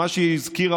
מה שהזכירה,